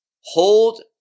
hold